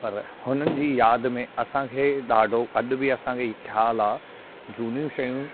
पर हुननि जी यादि में असांखे ॾाढो अॼु बि असांखे ई ख़्यालु आहे झूनी शयूं